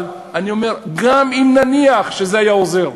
אבל אני אומר, גם אם נניח שזה היה עוזר,